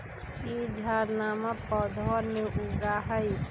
ई झाड़नमा पौधवन में उगा हई